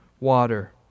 Water